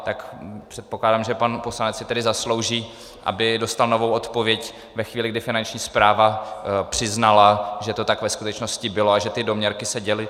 Tak předpokládám, že pan poslanec si zaslouží, aby dostal novou odpověď ve chvíli, kdy Finanční správa přiznala, že to tak ve skutečnosti bylo a že ty doměrky se děly.